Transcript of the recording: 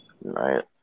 Right